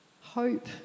hope